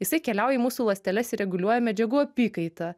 jisai keliauja į mūsų ląsteles ir reguliuoja medžiagų apykaitą